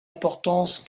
importance